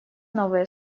новые